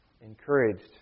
Encouraged